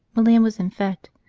milan was en fete.